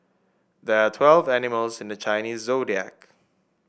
there are twelve animals in the Chinese Zodiac